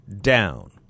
down